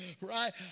right